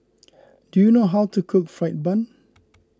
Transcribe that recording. do you know how to cook Fried Bun